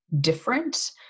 different